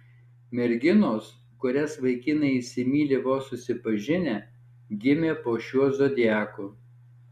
merginos kurias vaikinai įsimyli vos susipažinę gimė po šiuo zodiaku